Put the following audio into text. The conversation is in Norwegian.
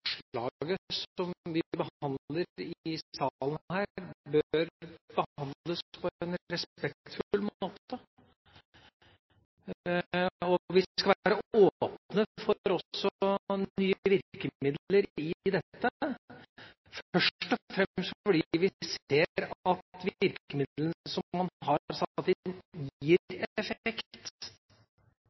som vi behandler i salen, bør behandles på en respektfull måte. Vi skal være åpne også for nye virkemidler i dette – først og fremst fordi vi ser at virkemidlene som man har satt inn, gir effekt.